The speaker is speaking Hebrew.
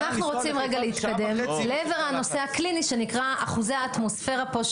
אנחנו רוצים רגע להתקדם לעבר הנושא הקליני שנקרא אחוזי אטמוספירה פה,